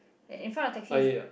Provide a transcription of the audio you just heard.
and in front taxi